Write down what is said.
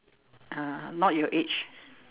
ah not your age